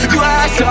Glass